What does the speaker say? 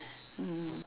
mm